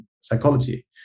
psychology